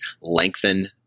lengthen